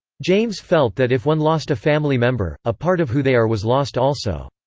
james felt that if one lost a family member, a part of who they are was lost also.